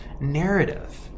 narrative